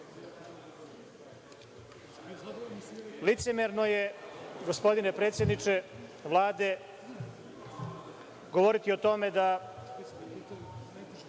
stvar. Licemerno je, gospodine predsedniče Vlade, govoriti o tome da